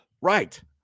Right